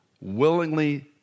willingly